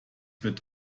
wird